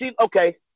okay